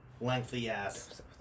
lengthy-ass